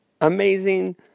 amazing